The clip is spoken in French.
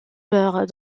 meurt